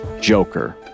Joker